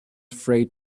afraid